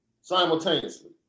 simultaneously